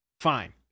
fine